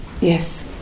Yes